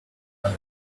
arab